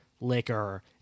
liquor